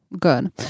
good